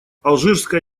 алжирская